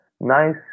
nice